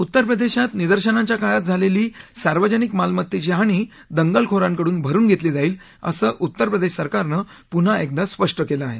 उत्तर प्रदेशात निदर्शनांच्या काळात झालेली सार्वजनिक मालमत्तेची हानी दंगलखोरांकडून भरुन घेतली जाईल असं उत्तर प्रदेश सरकारनं पुन्हा एकदा स्पष्ट केलं आहे